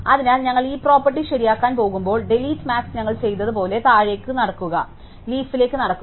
അതിനാൽ ഞങ്ങൾ heap property ശരിയാക്കാൻ പോകുമ്പോൾ ഡിലീറ്റ് മാക്സ് ഞങ്ങൾ ചെയ്തതുപോലെ താഴേക്ക് നടക്കുക ലീഫിലേക് നടക്കുക